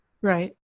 Right